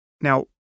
Now